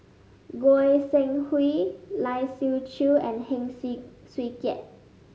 Goi Seng Hui Lai Siu Chiu and Heng Swee Keat